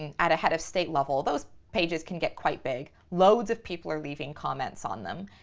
and at a head of state level, those pages can get quite big. loads of people are leaving comments on them.